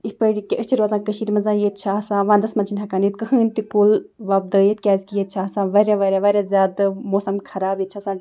یِتھ پٲٹھۍ ییٚکیٛاہ أسۍ چھِ روزان کٔشیٖرِ منٛز ییتہِ چھِ آسان وَنٛدَس منٛز چھِنہٕ ہٮ۪کان ییٚتہِ کٕہۭنۍ تہِ کُل وۄپدٲیِتھ کیٛازِ کہِ ییٚتہِ چھِ آسان واریاہ واریاہ واریاہ زیادٕ موسم خراب ییٚتہِ چھِ آسان